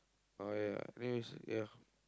but ya I means ya